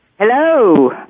Hello